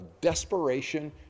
desperation